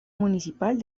municipal